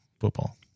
Football